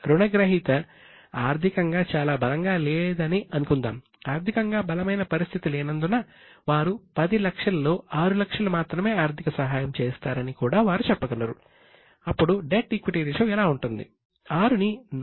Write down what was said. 5 లక్షలు పెట్టాలి